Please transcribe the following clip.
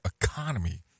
economy